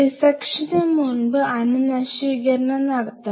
dissection മുൻപ് അണുനശീകരണം നടത്തണം